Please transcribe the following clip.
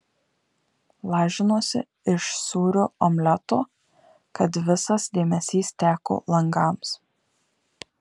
lažinuosi iš sūrio omleto kad visas dėmesys teko langams